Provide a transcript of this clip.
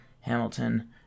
Hamilton